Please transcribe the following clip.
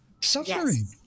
suffering